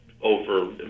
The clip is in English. over